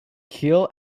keel